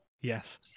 Yes